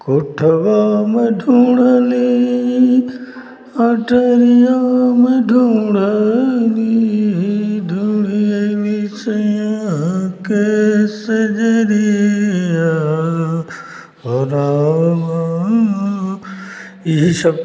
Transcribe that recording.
कोठवा में ढूँढ़ली अटरिया में ढूँढ़ली ढूँढ़ली सइयाँ के सेजरिया हो रामा यही सब